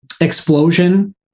explosion